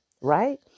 right